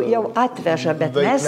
jau atveža bet mes